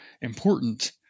important